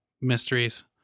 mysteries